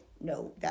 no